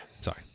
Sorry